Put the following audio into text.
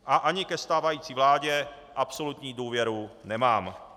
A ani ke stávající vládě absolutní důvěru nemám.